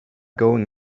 going